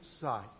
sight